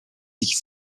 sich